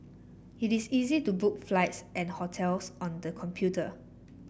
it is easy to book flights and hotels on the computer